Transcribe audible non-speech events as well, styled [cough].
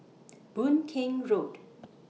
[noise] Boon Keng Road